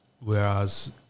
whereas